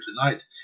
tonight